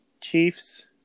Chiefs